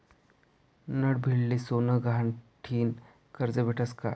नडभीडले सोनं गहाण ठीन करजं भेटस का?